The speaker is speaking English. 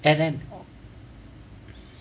and then